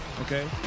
okay